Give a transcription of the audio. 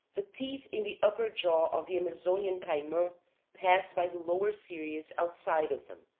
the teeth in the upper jaw of the amazonian cayman pass by the lower series outside of them.